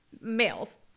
males